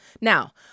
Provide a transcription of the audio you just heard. Now